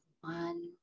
one